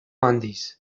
handiz